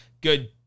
good